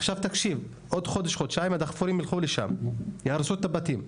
עוד חודש-חודשיים הדחפורים ילכו לשם ויהרסו את הבתים.